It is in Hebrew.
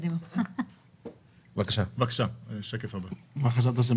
אנחנו נמצאים